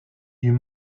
you